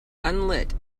unlit